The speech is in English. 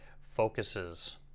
focuses